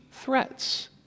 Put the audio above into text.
threats